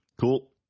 cool